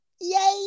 Yay